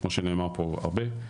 כמו שנאמר פה הרבה,